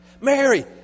Mary